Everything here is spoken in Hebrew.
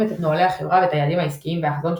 את נוהלי החברה ואת היעדים העסקיים והחזון של